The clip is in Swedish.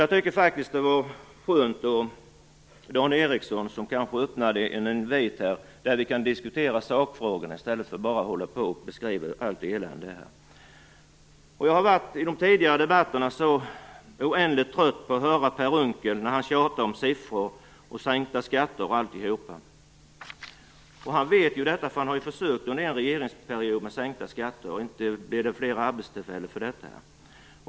Jag tycker faktiskt att det var skönt att Dan Ericsson gjorde en invit och öppnade för en diskussion om sakfrågorna, i stället för att vi bara skall hålla på och beskriva allt elände. Jag har i de tidigare debatterna blivit så oändligt trött på att höra Per Unckel tjata om siffror, sänkta skatter och alltihop. Han vet ju det här, för han har försökt med sänkta skatter under en regeringsperiod. Inte blev det fler arbetstillfällen för det.